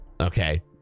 Okay